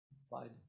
Slide